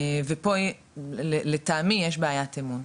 ופה לטעמי יש בעיית אמון,